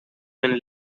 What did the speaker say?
been